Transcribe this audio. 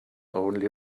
only